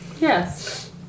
Yes